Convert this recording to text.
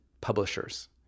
publishers